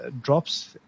drops